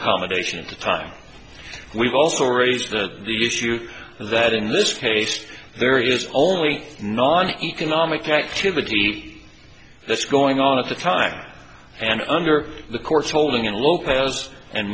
accommodation at the time we've also raised the issue that in this case there is only non economic activity that's going on at the time and under the court's holding in lopez and